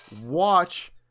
watch